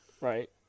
right